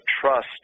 trust